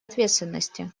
ответственности